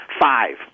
five